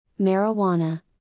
marijuana